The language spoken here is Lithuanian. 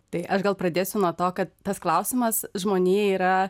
tai aš gal pradėsiu nuo to kad tas klausimas žmonijai yra